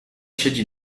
siedzi